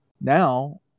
now